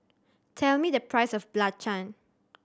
tell me the price of Belacan